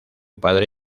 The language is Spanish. padre